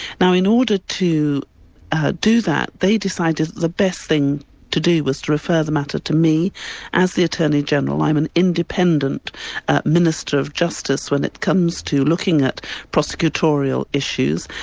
now in order to ah do that, they decided the best thing to do was to refer the matter to me as the attorney-general, i'm an independent minister of justice when it comes to looking at prosecutorial issues,